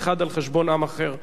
על משותפים הוא דיבר.